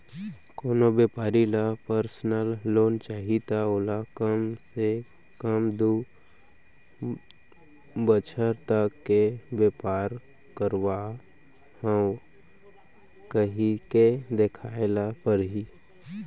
कोनो बेपारी ल परसनल लोन चाही त ओला कम ले कम दू बछर तक के बेपार करत हँव कहिके देखाए ल परही